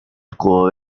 escudo